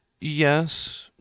Yes